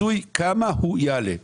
כמה הוא יעלה אחרי המיסוי?